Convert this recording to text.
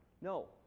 No